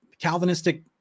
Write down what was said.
Calvinistic